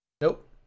Nope